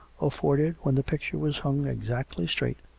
afforded, when the picture was hung exactly straight,